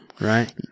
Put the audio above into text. Right